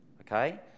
okay